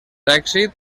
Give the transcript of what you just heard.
èxit